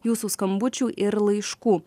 jūsų skambučių ir laiškų